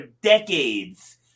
decades